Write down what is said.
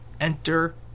Enter